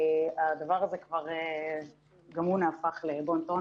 הדבר הזה כבר גם הוא נהפך לבון טון,